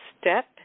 Step